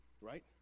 right